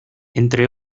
entre